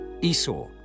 Esau